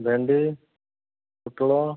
ଭେଣ୍ଡି ପୁଟଳ